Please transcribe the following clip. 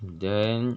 then